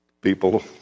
People